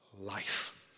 life